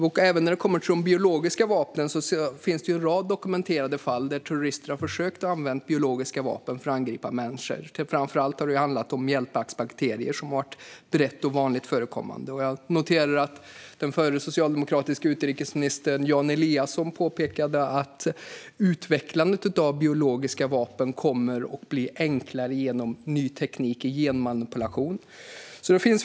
Det finns också en rad dokumenterade fall där terrorister har försökt använda biologiska vapen för att angripa människor. Framför allt har det handlat om mjältbrandsbakterier, som har varit brett och vanligt förekommande. Den tidigare socialdemokratiske utrikesministern Jan Eliasson påpekade att utvecklandet av biologiska vapen kommer att bli enklare genom ny teknik för genmanipulation. Fru talman!